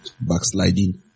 backsliding